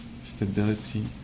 Stability